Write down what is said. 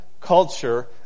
culture